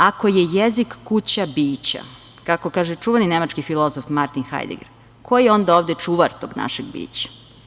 Ako je jezik kuća bića, kako kaže čuveni nemački filozof Martin Hajdeger, ko je onda ovde čuvar tog našeg bića?